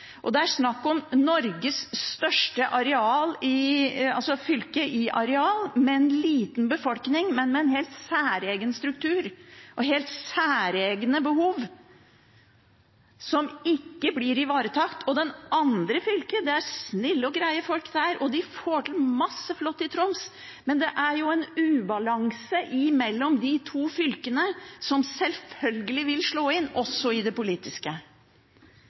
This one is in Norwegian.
og det er snakk om Norges største fylke i areal med en liten befolkning, men med en helt særegen struktur og helt særegne behov som ikke blir ivaretatt. I det andre fylket: Det er snille og greie folk der, og de får til masse flott i Troms, men det er en ubalanse mellom de to fylkene som selvfølgelig vil slå inn også